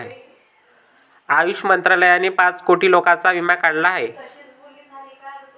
आयुष मंत्रालयाने पाच कोटी लोकांचा विमा काढला आहे